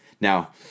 Now